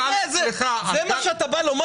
זה מה שאתה בא לומר?